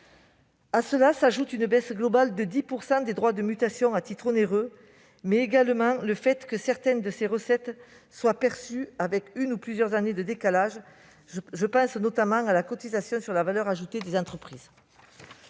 À cela s'ajoute une baisse globale de 10 % des droits de mutation à titre onéreux, mais également le fait que certaines de ces recettes soient perçues avec une ou plusieurs années de décalage ; je pense notamment à la cotisation sur la valeur ajoutée des entreprises.